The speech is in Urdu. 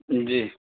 جی